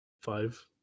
Five